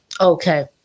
Okay